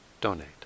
donate